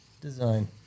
design